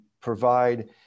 provide